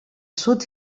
sud